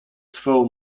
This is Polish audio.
swą